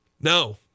No